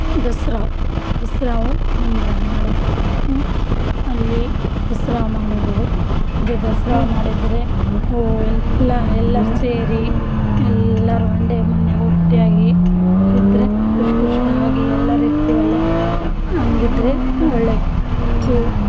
ದಸರಾ ದಸರಾವು ನಮ್ಮದ್ರಾಗ್ ಮಾಡೋದು ಅಲ್ಲಿ ದಸರಾ ಮಾಡೋದು ದಸರಾ ಮಾಡಿದರೆ ಅವು ಎಲ್ಲ ಎಲ್ಲರು ಸೇರಿ ಎಲ್ಲರು ಒಂದೇ ಮನ್ಯಾಗೆ ಒಟ್ಟಾಗಿ ಇದ್ರೆ ಖುಷ್ ಖುಷ್ಯಾಗಿ ಎಲ್ಲರು ಇರ್ತೇವಲ್ಲ ಹಂಗಿದ್ರೆ ಒಳ್ಳೆ ಇವು